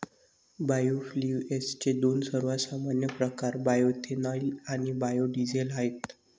बायोफ्युएल्सचे दोन सर्वात सामान्य प्रकार बायोएथेनॉल आणि बायो डीझेल आहेत